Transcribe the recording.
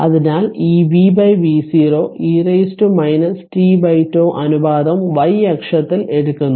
അതിനാൽ ഈ vv0 e t τ അനുപാതം y അക്ഷത്തിൽ എടുക്കുന്നു